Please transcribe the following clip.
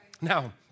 Now